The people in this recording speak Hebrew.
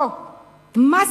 או "מס-טק",